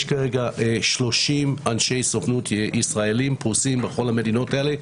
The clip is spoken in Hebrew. כרגע יש 30 אנשי סוכנות ישראלים הפרוסים בכל המדינות האלה,